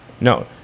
no